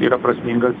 yra prasmingas